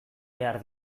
behar